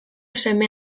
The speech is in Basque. seme